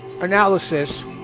analysis